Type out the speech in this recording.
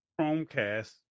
Chromecast